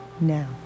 now